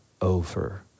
over